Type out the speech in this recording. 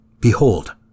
Behold